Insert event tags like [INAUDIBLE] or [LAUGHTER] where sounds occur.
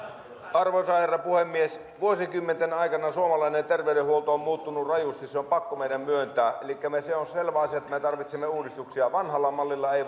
arvoisa herra puhemies vuosikymmenten aikana suomalainen terveydenhuolto on muuttunut rajusti se on pakko meidän myöntää elikkä se on selvä asia että me tarvitsemme uudistuksia vanhalla mallilla ei [UNINTELLIGIBLE]